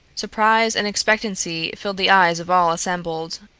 surprise and expectancy filled the eyes of all assembled.